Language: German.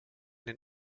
den